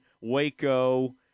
Waco